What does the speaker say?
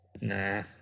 Nah